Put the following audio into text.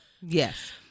yes